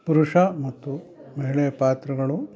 ಪುರುಷ ಮತ್ತು ಮಹಿಳೆಯ ಪಾತ್ರಗಳು